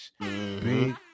Big